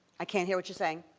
i can't hear what you're saying.